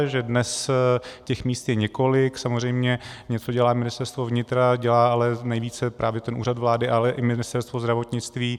Že dnes těch míst je několik, samozřejmě něco dělá Ministerstvo vnitra, dělá ale nejvíce právě Úřad vlády, ale i Ministerstvo zdravotnictví.